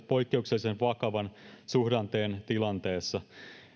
poikkeuksellisen vakavan suhdanteen tilanteessa